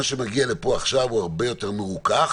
מה שמגיע לפה עכשיו הוא הרבה יותר מרוכך,